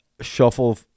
shuffle